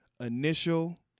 initial